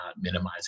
minimizing